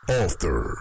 author